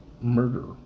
murder